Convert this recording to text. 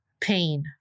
pain